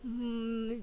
mm